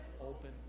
open